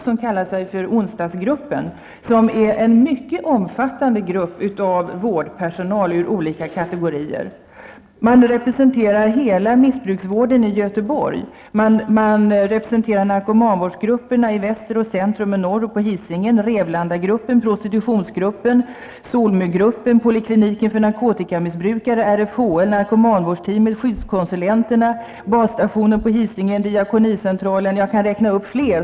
Det gäller t.ex. den mycket omfattande grupp som kallar sig Göteborg, narkomanvårdsgrupperna i väster, centrum, norr, på Hisingen, Rävlandagruppen, prostitutionsgruppen, Solmugruppen, polikliniken för narkotikamissbrukare, RFHL-G, narkomanvårdsteamet, skyddskonsulenterna, basstationen på Hisingen och diakonicentralen står bakom Onsdagsgruppen.